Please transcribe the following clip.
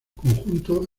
conjunto